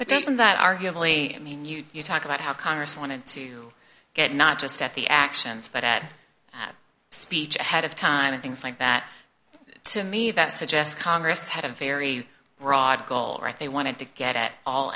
but doesn't that arguably mean you talk about how congress wanted to get not just at the actions but at speech ahead of time and things like that to me that suggests congress had a very broad goal right they wanted to get it all